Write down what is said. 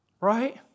right